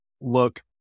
look